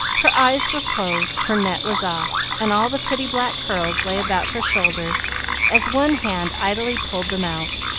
her eyes were closed, her net was off, and all the pretty black curls lay about her shoulders as one hand idly pulled them out,